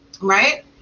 right